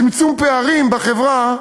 צמצום פערים בחברה,